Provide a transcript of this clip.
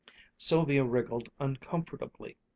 sylvia wriggled uncomfortably.